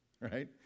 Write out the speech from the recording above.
right